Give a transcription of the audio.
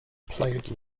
played